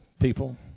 people